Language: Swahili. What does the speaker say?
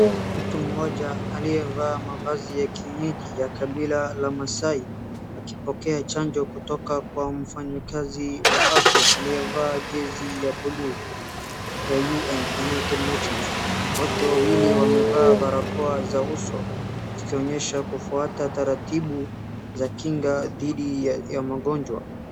Mtu mmoja aliyevaa mavazi ya kienyeji ya kabila la maasai, wakipokea chanjo kutoka kwa mfanyikazi wa afya aliyevaa jezi ya buluu ya united nations . Wote wawili wamevaa barakoa za uso zikiwa zinaonyesha kufuata taratibu za kinga dhidi ya magonjwa.